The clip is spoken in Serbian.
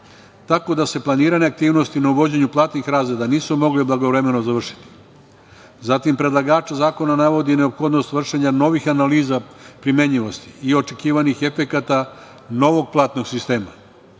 tako da se planirane aktivnosti na uvođenju platnih razreda nisu mogle blagovremeno završiti. Zatim, predlagač zakona navodi neophodnost vršenja novih analiza primenjivosti i očekivanih efekata novog platnog sistema